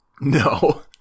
No